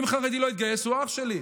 אם חרדי לא התגייס הוא אח שלי,